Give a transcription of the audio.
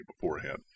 beforehand